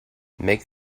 make